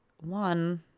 one